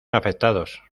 afectados